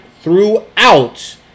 throughout